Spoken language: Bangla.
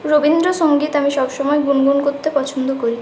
রবীন্দ্রসঙ্গীত আমি সবসময় গুনগুন করতে পছন্দ করি